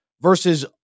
Versus